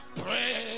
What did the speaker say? pray